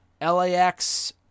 LAX